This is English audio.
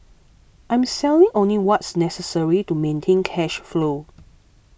I'm selling only what's necessary to maintain cash flow